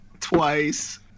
Twice